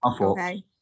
Okay